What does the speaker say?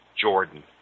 Jordan